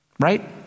Right